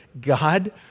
God